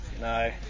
No